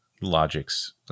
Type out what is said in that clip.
Logic's